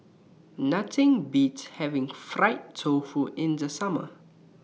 Nothing Beats having Fried Tofu in The Summer